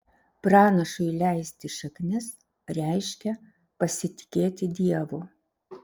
pranašui leisti šaknis reiškia pasitikėti dievu